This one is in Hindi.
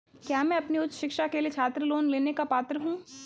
क्या मैं अपनी उच्च शिक्षा के लिए छात्र लोन लेने का पात्र हूँ?